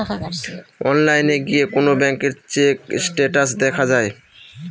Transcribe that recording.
অনলাইনে গিয়ে কোন ব্যাঙ্কের চেক স্টেটাস দেখা যায়